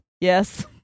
Yes